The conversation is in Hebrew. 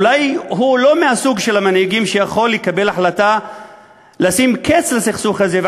אולי הוא לא מהסוג של המנהיגים שיכולים לקבל החלטה לשים קץ לסכסוך הזה,